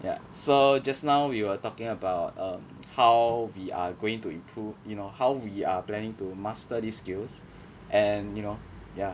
ya so just now we were talking about um how we are going to improve you know how we are planning to master these skills and you know ya